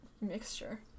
mixture